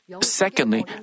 Secondly